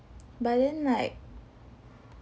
but then like